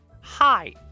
Hi